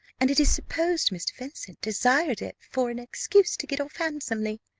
and it is supposed mr. vincent desired it for an excuse to get off handsomely.